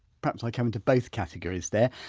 perhaps i come in to both categories there.